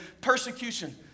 persecution